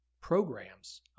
programs